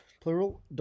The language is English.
plural